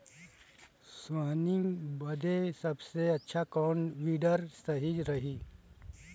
सोहनी बदे सबसे अच्छा कौन वीडर सही रही?